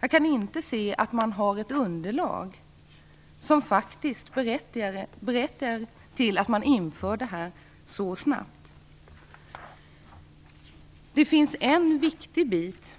Jag kan inte se att man har ett underlag som faktiskt berättigar ett så snabbt införande. Det finns en viktig bit